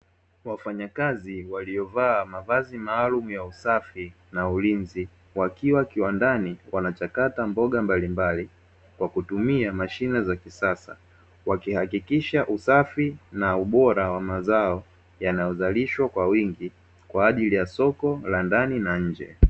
Wafanyakazi waliovaa mavazi maalumu ya usafi na ulinzi, wakiwa kiwandani wanachakata mboga mbalimbali kwa kutumia mashine za kisasa, wakihakikisha usafi na ubora wa mazao yanayozalishwa kwa wingi kwa ajili ya soko la ndani na nje.